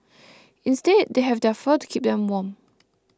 instead they have their fur to keep them warm